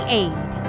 aid